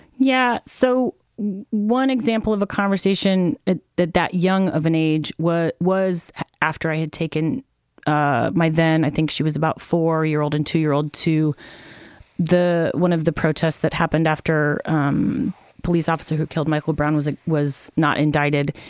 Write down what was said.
yeah. so one example of a conversation at that that young of an age was was after i had taken ah my then i think she was about four year old and two year old to the one of the protests that happened after a um police officer who killed michael brown was ah was not indicted.